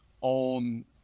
on